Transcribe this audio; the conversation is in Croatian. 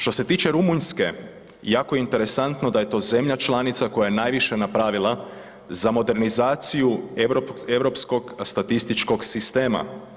Što se tiče Rumunjske, jako je interesantno da je to zemlja članica koja je najviše napravila za modernizaciju Europskog statističkog sistema.